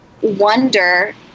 wonder